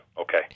Okay